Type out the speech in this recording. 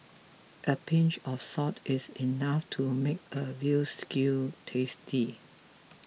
a pinch of salt is enough to make a Veal Stew tasty